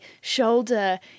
shoulder